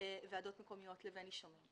ועדות מקומיות לבין נישומים,